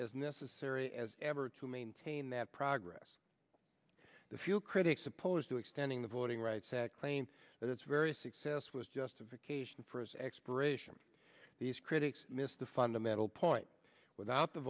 as necessary as ever to maintain that progress the few critics opposed to extending the voting rights act claim that it's very successful as justification for its expiration these critics miss the fundamental point without the